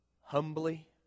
humbly